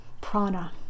Prana